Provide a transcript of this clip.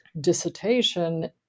dissertation